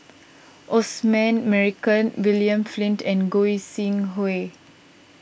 Osman Merican William Flint and Goi Seng Hui